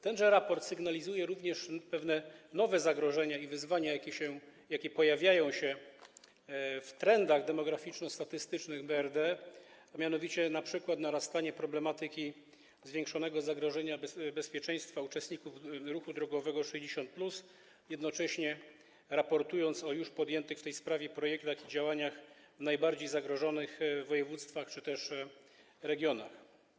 Tenże raport sygnalizuje również pewne nowe zagrożenia i wyzwania, jakie pojawiają się w trendach demograficzno-statystycznych BRD, a mianowicie np. narastanie problematyki zwiększonego zagrożenia bezpieczeństwa uczestników ruchu drogowego 60+, jednocześnie raportując o już podjętych w tej sprawie projektach i działaniach w najbardziej zagrożonych województwach czy też regionach.